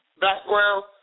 background